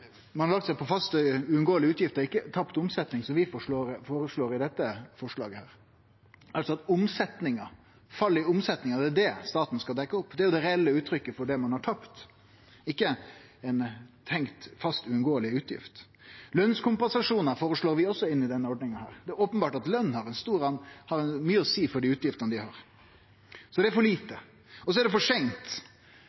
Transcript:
ein veldig vanskeleg situasjon. Ein har lagt seg på faste, uunngåelege utgifter, ikkje på tapt omsetning, som vi føreslår i dette forslaget. Det er fallet i omsetninga staten skal dekkje opp. Det er jo det reelle uttrykket for det ein har tapt, ikkje ei tenkt fast, uunngåeleg utgift. Lønskompensasjonar føreslår vi også i denne ordninga. Det er openbert at løn har mykje å seie for dei utgiftene dei har. Så det er for lite.